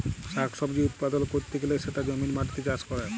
শাক সবজি উৎপাদল ক্যরতে গ্যালে সেটা জমির মাটিতে চাষ ক্যরে